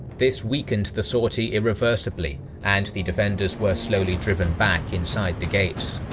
this weakened the sortie irreversibly and the defenders were slowly driven back inside the gates.